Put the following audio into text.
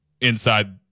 inside